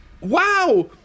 wow